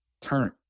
turn